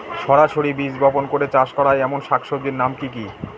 সরাসরি বীজ বপন করে চাষ করা হয় এমন শাকসবজির নাম কি কী?